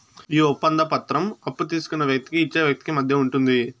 ఈ ఒప్పంద పత్రం అప్పు తీసుకున్న వ్యక్తికి ఇచ్చే వ్యక్తికి మధ్య ఉంటుంది